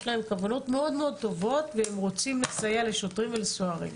להם כוונות מאוד מאוד טובות והם רוצים לסייע לשוטרים ולסוהרים.